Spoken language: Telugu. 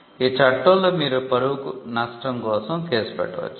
ఈ చట్టంలో మీరు పరువు నష్టం కోసం కేసు పెట్టవచ్చు